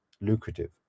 lucrative